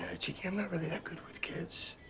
ah cheeky. i'm not really that good with kids.